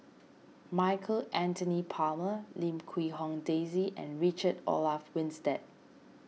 Michael Anthony Palmer Lim Quee Hong Daisy and Richard Olaf Winstedt